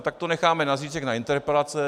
Tak to necháme na zítřek na interpelace.